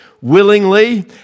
Willingly